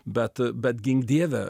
bet bet gink dieve